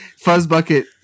Fuzzbucket